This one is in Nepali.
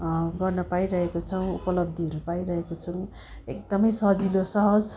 गर्न पाइरहेको छौँ उपलब्धिहरू पाइरहेको छौँ एकदमै सजिलो सहज